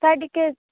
sir ଟିକେ